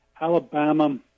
Alabama